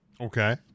Okay